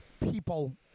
people